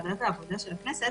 ועדת העבודה של הכנסת,